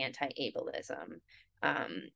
anti-ableism